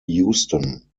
houston